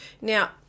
Now